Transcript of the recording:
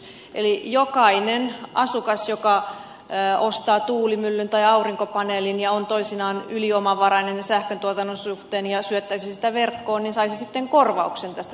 eli jokainen asukas joka ostaa tuulimyllyn tai aurinkopaneelin ja on toisinaan yliomavarainen sähköntuotannon suhteen ja syöttäisi sitä verkkoon saisi sitten korvauksen tästä syöttämästään sähköstä